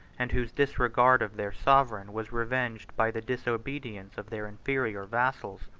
and whose disregard of their sovereign was revenged by the disobedience of their inferior vassals.